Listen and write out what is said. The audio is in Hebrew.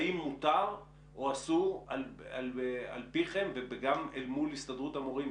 האם מותר או אסור על פיכם וגם אל מול הסתדרות המורים,